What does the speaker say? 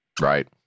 Right